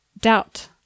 doubt